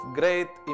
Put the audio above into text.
great